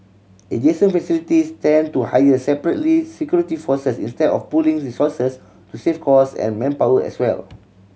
adjacent facilities tend to hire separately security forces instead of pooling resources to save cost and manpower as well